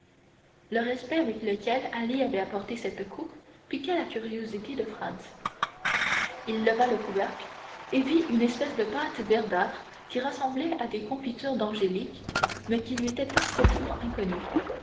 le respect avec lequel ali avait apporté cette coupe piqua la curiosité de franz il leva le couvercle et vit une espèce de pâte verdâtre qui ressemblait à des confitures d'angélique mais qui lui était parfaitement inconnue